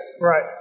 Right